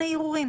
יובל.